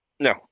No